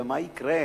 ומה יקרה?